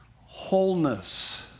Wholeness